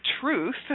truth